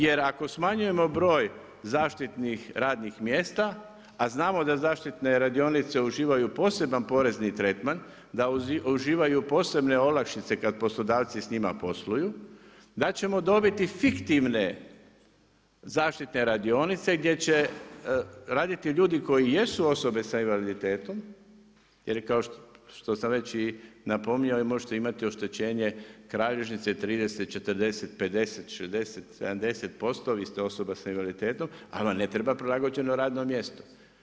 Jer ako smanjujemo broj zaštitnih radnih mjesta, a znamo da zaštitne radionice uživaju posebni porezni tretman, da uživaju posebne olakšice kad poslodavci s njima posluju, da ćemo dobiti fiktivne zaštite radionice, gdje će raditi ljudi koji jesu osobe s invaliditetom, jer kao što sam već napominjao kralježnice 30, 40 50 60 70% vi ste osoba s invaliditetom, ali vam ne treba prilagođeno radno mjesto.